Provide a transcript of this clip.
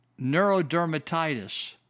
neurodermatitis